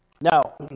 Now